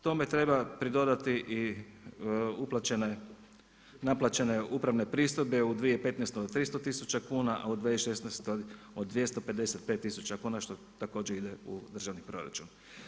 Tome treba pridodati i naplaćene upravne pristojbe u 2015. 300 tisuća kuna, a u 2016. od 255 tisuća kuna što također ide u državni proračun.